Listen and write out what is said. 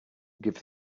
give